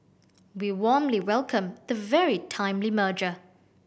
we warmly welcome the very timely merger